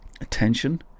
attention